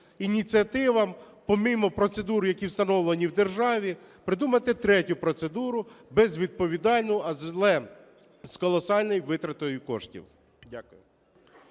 ініціативам помимо процедур, які встановлені в державі, придумувати третю процедуру безвідповідальну, але з колосальною витратою коштів. Дякую.